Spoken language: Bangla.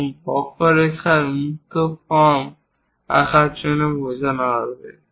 এবং বক্ররেখার মুক্ত ফর্ম আঁকার জন্য বোঝানো হবে